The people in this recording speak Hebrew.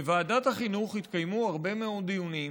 בוועדת החינוך התקיימו הרבה מאוד דיונים.